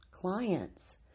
clients